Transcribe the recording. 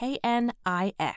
K-N-I-X